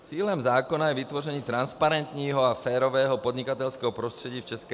Cílem zákona je vytvoření transparentního a férového podnikatelského prostředí v ČR.